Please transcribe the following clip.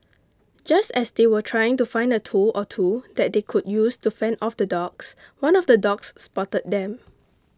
just as they were trying to find a tool or two that they could use to fend off the dogs one of the dogs spotted them